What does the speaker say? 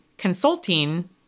consulting